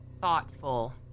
thoughtful